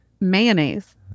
Mayonnaise